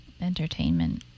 Entertainment